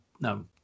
no